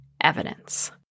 evidence